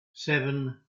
seven